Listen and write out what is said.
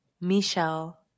Michelle